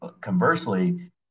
Conversely